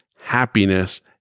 happiness